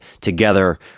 together